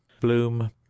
bloom